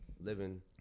living